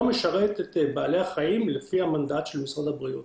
משרת את בעלי החיים לפי המנדט של משרד הבריאות.